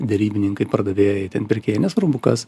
derybininkai pardavėjai ten pirkėjai nesvarbu kas